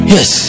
Yes